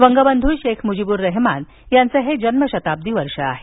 वंगबंधू शेख मुजीबुर रहेमान यांचं हे जन्मशताब्दी वर्ष आहे